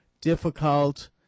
difficult